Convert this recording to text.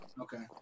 okay